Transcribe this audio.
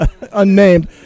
unnamed